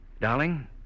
Darling